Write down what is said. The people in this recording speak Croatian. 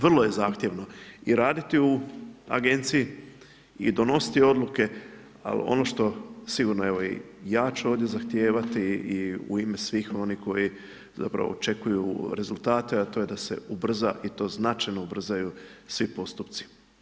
Vrlo je zahtjevno i raditi u agenciji i donositi odluke, al ono što sigurno evo i ja ću ovdje zahtijevati i u ime svih oni koji zapravo očekuju rezultate, a to je da se ubrza i to značajno ubrzaju svi postupci.